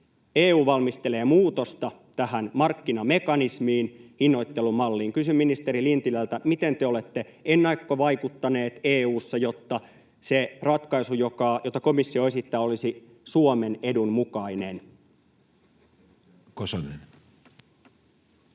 EU valmistelee muutosta tähän markkinamekanismiin, hinnoittelumalliin. Kysyn ministeri Lintilältä: miten te olette ennakkovaikuttaneet EU:ssa, jotta se ratkaisu, jota komissio esittää, olisi Suomen edun mukainen? [Speech